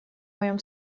моем